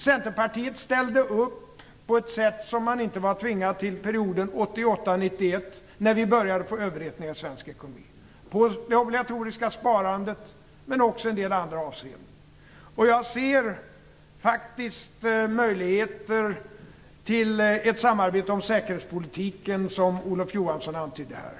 Centerpartiet ställde upp på ett sätt som man inte var tvingad till under perioden 1988-1991 - när vi började få en överhettning av svensk ekonomi - på det obligatoriska sparandet och också i en del andra avseenden. Jag ser faktiskt möjligheter till ett samarbete om säkerhetspolitiken, som Olof Johansson antydde här.